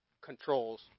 controls